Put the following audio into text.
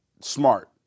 smart